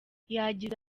yagize